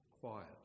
Quiet